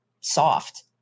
soft